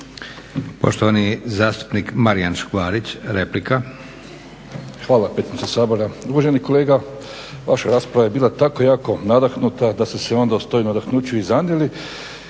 Poštovani zastupnik Marijan Škvarić replika. **Škvarić, Marijan (HNS)** Hvala predsjedniče Sabora. Uvaženi kolega, vaša rasprava je bila tako jako nadahnuta da ste se onda i u tom nadahnuću i zanijeli